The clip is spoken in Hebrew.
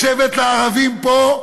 לשבת לערבים פה,